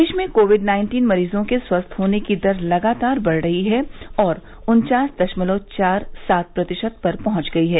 देश में COVID nineteen मरीजों के स्वस्थ होने की दर लगातार बढ़ रही है और उन्वास दशमतव चार सात प्रतिशत पर पहुंच गई है